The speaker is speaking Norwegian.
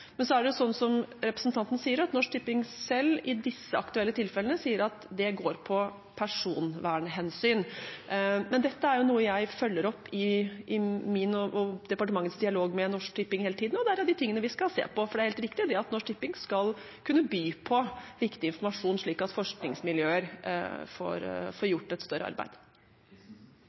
Men så er det som representanten sier, Norsk Tipping sier selv i disse aktuelle tilfellene at det går på personvernhensyn. Men dette er noe jeg følger opp i min og departementets dialog med Norsk Tipping hele tiden, og det er av de tingene vi skal se på, for det er helt riktig at Norsk Tipping skal kunne by på viktig informasjon, slik at forskningsmiljøer får gjort et større arbeid.